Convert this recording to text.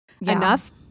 enough